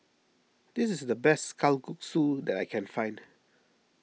this is the best Kalguksu that I can find